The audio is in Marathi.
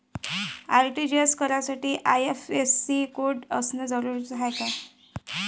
आर.टी.जी.एस करासाठी आय.एफ.एस.सी कोड असनं जरुरीच हाय का?